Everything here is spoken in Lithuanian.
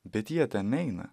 bet jie ten neina